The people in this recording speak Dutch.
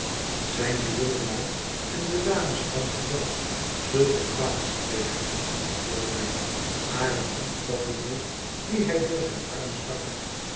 izijn de jongelui en de dames van het dorp zulke kwaadsprekers vroeg hij hare hand vattende die hij door zijn arm stak